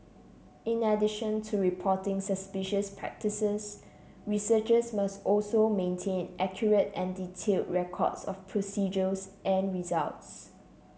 in addition to reporting suspicious practices researchers must also maintain accurate and detailed records of procedures and results